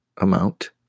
amount